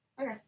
Okay